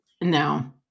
No